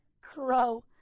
Crow